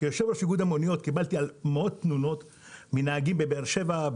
כיו"ר איגוד המוניות קיבלתי מאות תלונות מנהגים בבאר שבע,